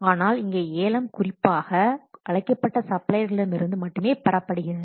ஆனால் இங்கே ஏலம் குறிப்பாக அழைக்கப்பட்ட சப்ளையர்களிடமிருந்து மட்டுமே பெறப்படுகிறது